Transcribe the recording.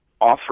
offer